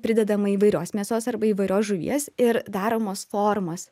pridedama įvairios mėsos arba įvairios žuvies ir daromos formos